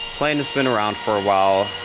plane has been around for a while.